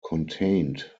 contained